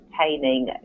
entertaining